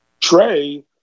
Trey